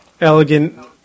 elegant